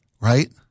right